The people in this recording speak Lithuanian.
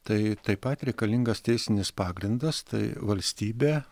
tai taip pat reikalingas teisinis pagrindas tai valstybė